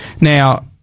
now